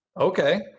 Okay